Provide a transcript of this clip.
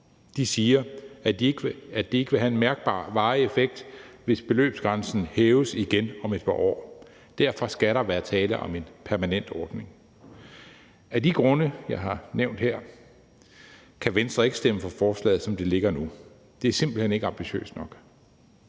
De siger, at det ikke vil have en mærkbar varig effekt, hvis beløbsgrænsen hæves igen om et par år. Derfor skal der være tale om en permanent ordning. Af de grunde, jeg har nævnt her, kan Venstre ikke stemme for forslaget, som det ligger nu. Det er simpelt hen ikke ambitiøst nok.